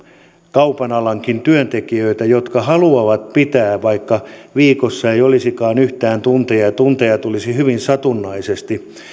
kaupanalankin työntekijöitä jotka haluavat pitää vaikka viikossa ei olisikaan yhtään tunteja tai tunteja tulisi hyvin satunnaisesti